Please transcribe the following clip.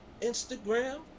Instagram